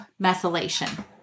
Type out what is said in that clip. methylation